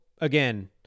again